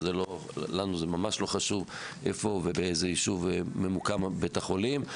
לנו זה ממש לא חשוב איפה ובאיזה יישוב ממוקם בית החולים.